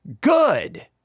good